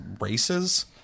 races